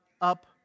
up